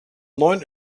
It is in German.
neun